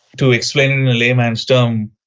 to explain in laymans' terms,